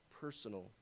personal